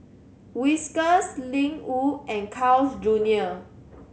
Whiskas Ling Wu and Carl's Junior